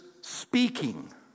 speaking